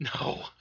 No